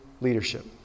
leadership